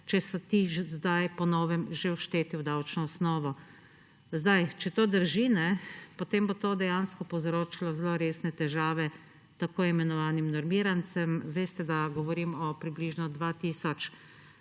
če so ti zdaj po novem že všteti v davčno osnovo. Če to drži, potem bo to dejansko povzročilo zelo resne težave tako imenovanim normirancem. Veste, da govorim o približno 2